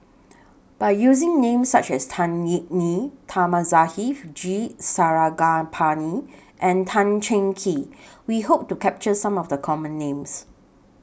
By using Names such as Tan Yeok Nee Thamizhavel G Sarangapani and Tan Cheng Kee We Hope to capture Some of The Common Names